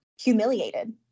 humiliated